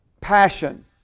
Passion